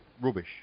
rubbish